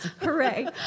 Hooray